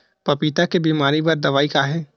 पपीता के बीमारी बर दवाई का हे?